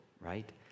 right